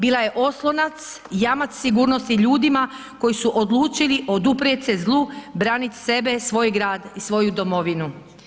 Bila je oslonac, jamac sigurnosti ljudima koji su odlučili oduprijet se zlu, branit sebe, svoj grad i svoju domovinu.